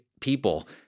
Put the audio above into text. people